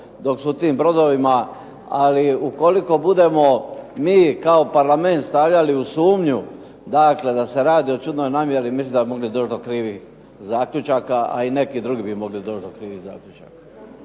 dok su u tim brodovima. Ali ukoliko budemo mi kao Parlament stavljali u sumnju, dakle da se radi o čudnoj namjeri mislim da bi mogli doći do krivih zaključaka, a i neki drugi bi mogli doći do krivih zaključaka.